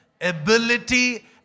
ability